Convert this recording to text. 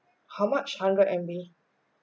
how much hundred M_B